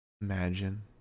Imagine